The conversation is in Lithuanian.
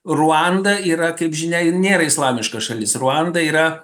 ruanda yra kaip žinia nėra islamiška šalis ruanda yra